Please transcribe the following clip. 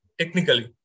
technically